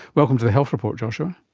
welcome to the health report, joshua.